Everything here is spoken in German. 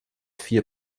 vier